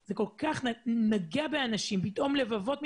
זה גם האב וגם הילד,